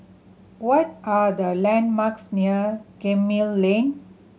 what are the landmarks near Gemmill Lane